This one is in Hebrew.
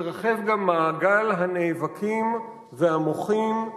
מתרחב גם מעגל הנאבקים והמוחים.